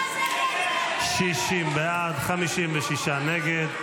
60 בעד, 56 נגד.